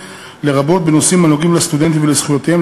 לרבות בנושאים הנוגעים לסטודנטים ולזכויותיהם,